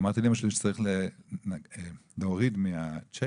אמרתי לאמא שלי שנצטרך להוציא מהצ'קים,